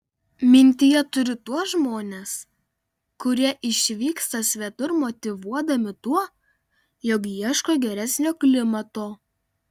mintyje turiu tuos žmones kurie išvyksta svetur motyvuodami tuo jog ieško geresnio klimato